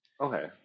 Okay